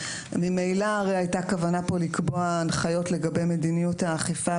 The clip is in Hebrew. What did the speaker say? הרי ממילא היתה כוונה פה לקבוע הנחיות לגבי מדיניות האכיפה,